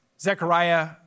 Zechariah